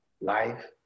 life